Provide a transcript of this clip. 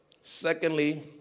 Secondly